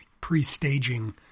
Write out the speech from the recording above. pre-staging